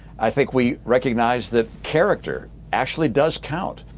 i think we recognize that character actually does count.